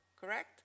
Correct